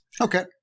Okay